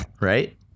right